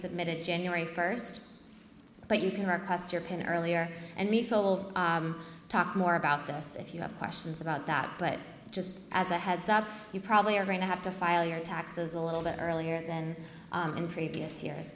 submitted january first but you can request your pin earlier and we will talk more about this if you have questions about that but just as a heads up you probably are going to have to file your taxes a little bit earlier than in previous years